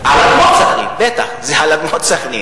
על אדמות סח'נין, בטח, זה על אדמות סח'נין.